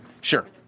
Sure